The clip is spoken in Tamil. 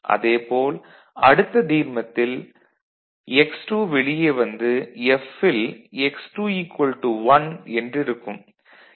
அதே போல் அடுத்த தீர்மத்தில் x2 வெளியே வந்து F ல் x2 1 என்றிருக்கும்